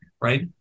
right